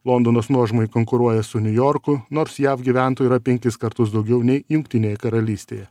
londonas nuožmai konkuruoja su niujorku nors jav gyventojų yra penkis kartus daugiau nei jungtinėje karalystėje